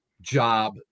job